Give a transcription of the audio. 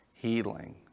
healing